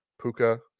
Puka